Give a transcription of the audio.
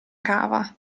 cava